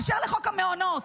באשר לחוק המעונות,